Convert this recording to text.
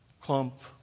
clump